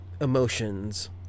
emotions